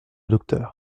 docteur